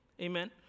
Amen